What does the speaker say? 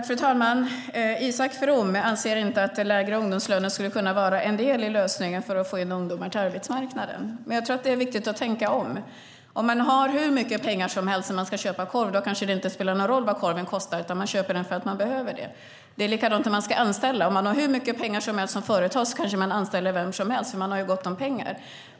Fru talman! Isak From anser inte att lägre ungdomslöner skulle kunna vara en del av lösningen för att få in ungdomar på arbetsmarknaden. Men jag tror att det är viktigt att tänka om. Om man har hur mycket pengar som helst när man ska köpa korv kanske det inte spelar någon roll vad korven kostar, utan man köper den för att man behöver den. Det är likadant när man ska anställa. Om ett företag har hur mycket pengar som helst kanske man anställer vem som helst bara för att man har gott om pengar.